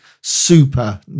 super